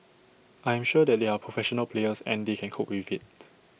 I am sure that they are professional players and they can cope with IT